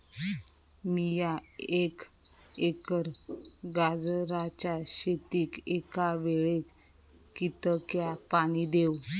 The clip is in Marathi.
मीया एक एकर गाजराच्या शेतीक एका वेळेक कितक्या पाणी देव?